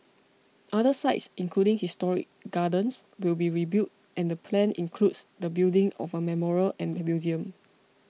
other sites including historic gardens will be rebuilt and the plan includes the building of a memorial and museum